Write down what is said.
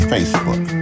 Facebook